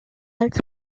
als